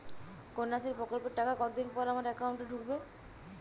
কন্যাশ্রী প্রকল্পের টাকা কতদিন পর আমার অ্যাকাউন্ট এ ঢুকবে?